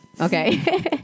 Okay